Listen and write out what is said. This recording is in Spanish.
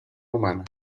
humana